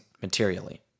materially